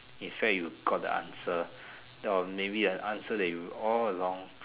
in fact you got the answer that of maybe an answer that you all along